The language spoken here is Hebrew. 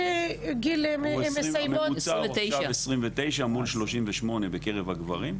הנשים מסיימות בגיל 29 מול גיל 38 בקרב הגברים.